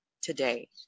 today